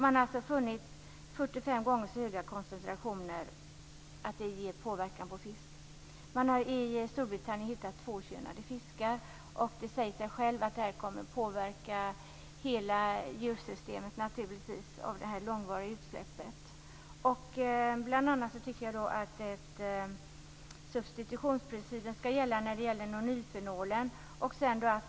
Man har alltså funnit 45 gånger så höga koncentrationer, och det ger en påverkan på fisk. Man har i Storbritannien hittat tvåkönade fiskar. Det säger sig självt att hela djursystemet kommer att påverkas av det långvariga utsläppet. Substitutionsprincipen skall gälla för nonylfenolen.